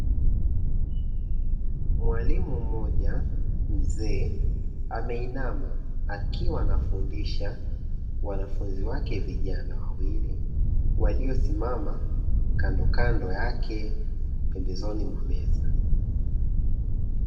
Mwalimu mmoja mzee ameinama akiwa anafundisha wanafunzi wake vijana wawili waliosimama kandokado yake, pembezoni mwa meza.